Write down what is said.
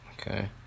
Okay